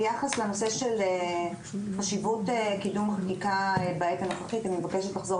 ביחס לנושא של חשיבות קידום חקיקה בעת הנוכחית: אני מבקשת לחזור